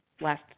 last